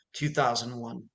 2001